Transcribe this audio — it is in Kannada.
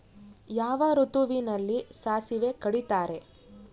ಯಾವ ಋತುವಿನಲ್ಲಿ ಸಾಸಿವೆ ಕಡಿತಾರೆ?